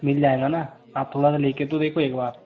मिल जाएगा न आप थोड़ा सा लेकर तो देखो एक बार